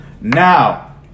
Now